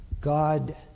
God